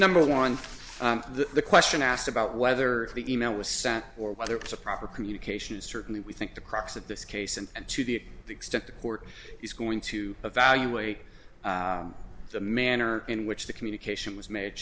number one the question asked about whether the e mail was sent or whether it's a proper communication certainly we think the crux of this case and to the extent the court is going to evaluate the manner in which the communication was made